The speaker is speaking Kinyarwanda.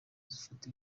zifata